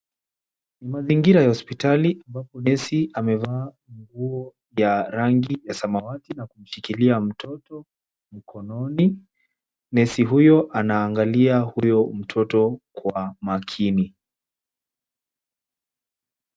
Mazingira ya hospitali ambapo nesi amevaa nguo ya rangi ya samawati na kushikilia mtoto mkononi. Nesi huyo anaangalia huyu mtoto kwa makini.